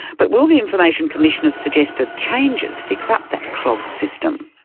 but will the information commissioner's suggested changes fix up that clogged system?